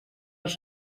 els